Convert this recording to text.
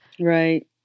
Right